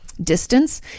distance